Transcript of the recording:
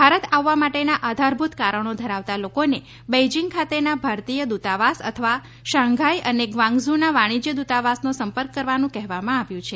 ભારત આવવા માટેના આધારભૂત કારણો ધરાવતા લોકોને બેઈજીંગ ખાતેના ભારતીય દૂતાવાસ અથવા શાંઘાઈ અને ગ્વાંગઝુંના વાણિજ્ય દૂતાવાસનો સંપર્ક કરવાનું કહેવામાં આવ્યું છે